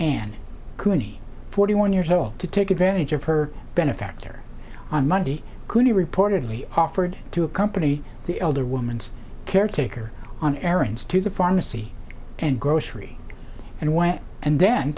and forty one years old to take advantage of her benefactor on monday cooney reportedly offered to accompany the elder woman's caretaker on errands to the pharmacy and grocery and went and then